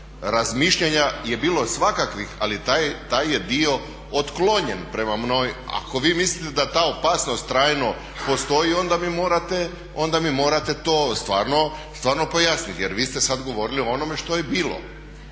Razmišljanja je bilo svakakvih ali taj je dio otklonjen prema mnogim, ako vi mislite da ta opasnost trajno postoji onda mi morate to stvarno pojasniti jer vi ste sad govorili o onome što je bilo,